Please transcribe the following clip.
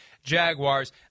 Jaguars